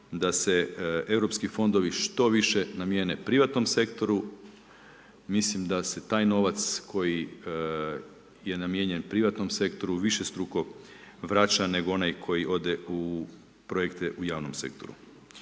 da se Europski fondovi što više namijene privatnom sektoru, mislim da se taj novac koji je namijenjen privatnom sektoru višestruko vraća nego onaj koji ode u projekte u javnom sektoru.